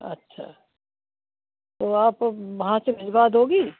अच्छा तो आप वहाँ से भिजवा दोगी